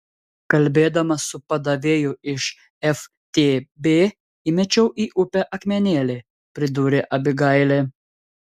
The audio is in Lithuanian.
kalbėdama su padavėju iš ftb įmečiau į upę akmenėlį pridūrė abigailė